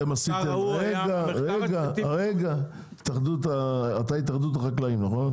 --- אתה התאחדות החקלאים, נכון?